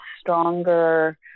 stronger